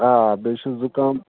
آ بیٚیہِ چھُ زُکام